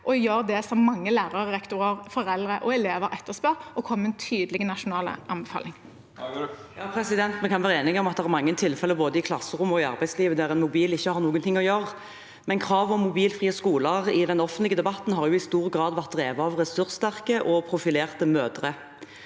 og gjør det som mange lærere, rektorer, foreldre og elever etterspør, og kommer med en tydelig nasjonal anbefaling. Margret Hagerup (H) Vi kan være enige om at det er mange tilfeller både i klasserom og i arbeidslivet der en mobil ikke har noe å gjøre, men kravet om mobilfrie skoler har i den offentlige debatten i stor grad vært drevet av ressurssterke og profilerte mødre.